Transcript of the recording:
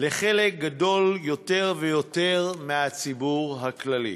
לחלק גדול יותר ויותר מהציבור הכללי.